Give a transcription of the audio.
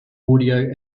audio